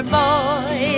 boy